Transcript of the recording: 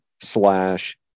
slash